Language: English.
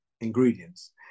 ingredients